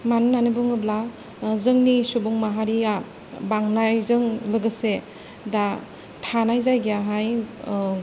मानो होननानै बुङोब्ला जोंनि सुबुं माहारिया बांनायजों लोगोसे दा थानाय जायगायाहाय